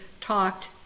talked